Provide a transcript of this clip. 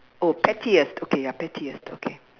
oh pettiest okay ya pettiest okay